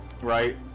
Right